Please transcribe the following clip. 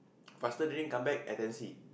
faster drink come back and then see